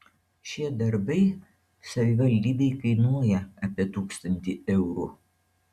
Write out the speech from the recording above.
šie darbai savivaldybei kainuoja apie tūkstantį eurų